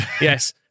yes